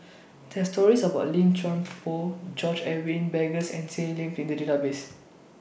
There Are stories about Lim Chuan Poh George Edwin Bogaars and Seah Seah Peck in The Database